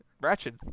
Ratchet